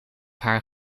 haar